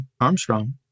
Armstrong